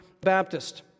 Baptist